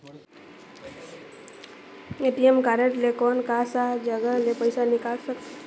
ATM card ले कोन कोन सा जगह ले पइसा निकाल सकथे?